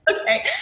Okay